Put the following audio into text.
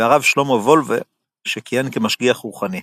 והרב שלמה וולבה שכיהן כמשגיח רוחני.